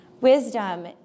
wisdom